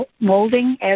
molding